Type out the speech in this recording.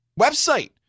website